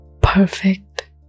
perfect